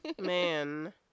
Man